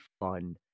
fun